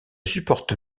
supporte